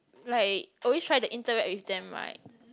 like always try to interact with them right